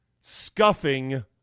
scuffing